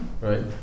Right